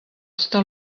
stal